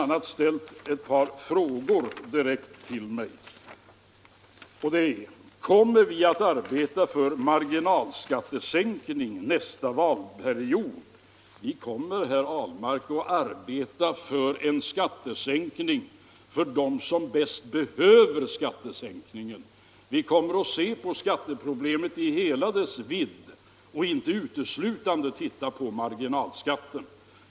Han har ställt ett par frågor direkt till mig, bl.a. följande: Kommer ni att arbeta för marginalskattesänkning nästa valperiod? Vi kommer, herr Ahlmark, att arbeta för en skattesänkning för dem som bäst behöver den. Vi kommer att se på skatteproblemet i hela dess vidd och inte enbart på marginalskatten.